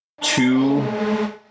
two